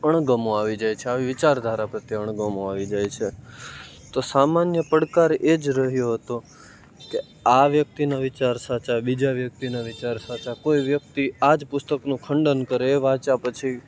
અણગમો આવી જાય છે આવી વિચારધારા પ્રત્યે અણગમો આવી જાય છે તો સામાન્ય પડકાર એ જ રહ્યો હતો કે આ વ્યક્તિના વિચાર સાચા બીજા વ્યક્તિના વિચાર સાચા કોઈ વ્યક્તિ આ જ પુસ્તકનું ખંડન કરે એ વાંચ્યા પછી